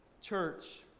Church